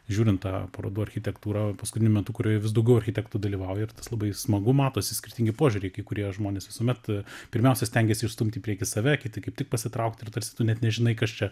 žiūrint tą parodų architektūrą paskutiniu metu kurioje vis daugiau architektų dalyvauja ir tas labai smagu matosi skirtingi požiūriai kai kurie žmonės visuomet pirmiausia stengiasi išstumt į priekį save kiti kaip tik pasitraukt ir tarsi tu net nežinai kas čia